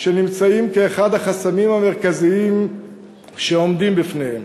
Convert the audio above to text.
שהוא אחד החסמים המרכזיים שעומדים בפניהם.